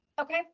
Okay